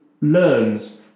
learns